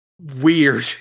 weird